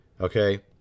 okay